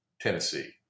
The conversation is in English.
Tennessee